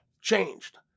changed